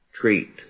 treat